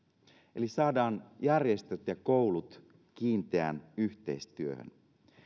eli saadaan järjestöt ja koulut kiinteään yhteistyöhön